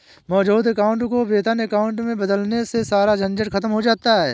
मौजूद अकाउंट को वेतन अकाउंट में बदलवाने से सारा झंझट खत्म हो जाता है